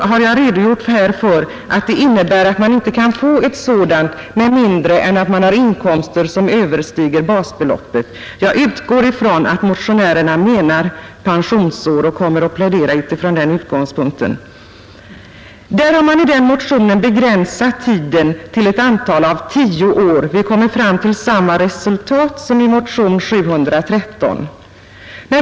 Jag har här redogjort för att poängår innebär att vederbörande måste ha inkomster som överstiger basbeloppet. Jag utgår ifrån att motionärerna menar pensionsår och kommer att argumentera från den utgångspunkten. I denna motion har man begränsat tiden till tio år, men resultatet blir detsamma som i motionen 713.